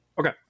Okay